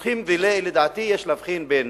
לדעתי יש להבחין בין